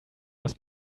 was